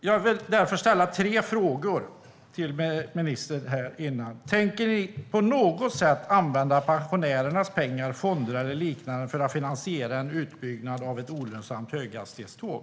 Jag vill därför ställa tre frågor till ministern. Den första är: Tänker ni på något sätt använda pensionärernas pengar, fonder eller liknande, för att finansiera en utbyggnad av ett olönsamt höghastighetståg?